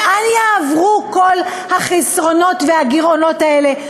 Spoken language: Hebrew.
לאן יעברו כל החסרונות והגירעונות האלה?